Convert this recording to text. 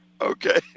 okay